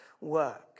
work